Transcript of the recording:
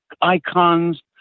icons